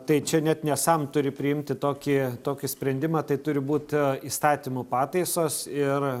tai čia net ne sam turi priimti tokį tokį sprendimą tai turi būt įstatymų pataisos ir